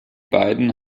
beiden